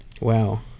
wow